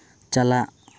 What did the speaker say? ᱪᱟᱞᱟᱜ